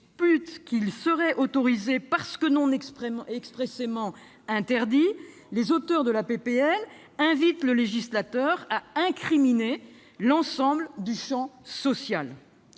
qu'ils seraient autorisés parce que non expressément interdits, les auteurs de la proposition de loi invitent le législateur à incriminer l'ensemble du champ social.